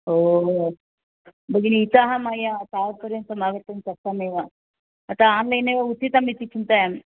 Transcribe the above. ओ भगिनि इतः मया तावत्पर्यन्तम् आगन्तुं अशक्तमेव अतः आन्लैन् एव उचितमिति चिन्तयामि